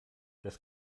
das